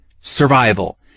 survival